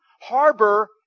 harbor